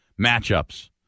matchups